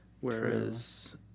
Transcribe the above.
whereas